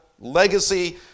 legacy